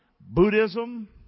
Buddhism